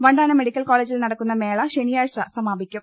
Vandanam medical കോളജിൽ നടക്കുന്ന മേള ശനിയാഴ്ച സമാപിക്കും